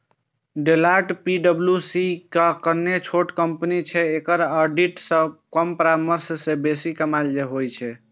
Deloitte पी.डब्ल्यू.सी सं कने छोट कंपनी छै, एकरा ऑडिट सं कम परामर्श सं बेसी कमाइ होइ छै